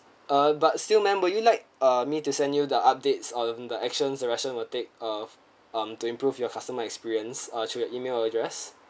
uh but still ma'am would you like ah me to send you the updates on the actions the actions will take uh um to improve your customer experience ah through your email address